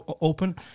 open